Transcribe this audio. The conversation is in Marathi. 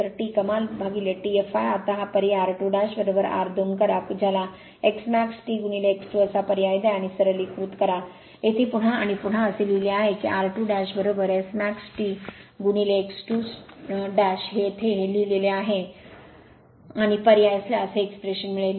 तर T कमाल T fl आता पर्याय r2 r 2 करा ज्याला x max T x 2 असा पर्याय द्या आणि सरलीकृत करा येथे पुन्हा आणि पुन्हा असे लिहिले आहे की r2S max T x 2 येथे हे लिहिलेले आहे आणि पर्याय असल्यास ही एक्स्प्रेशन मिळेल